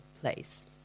place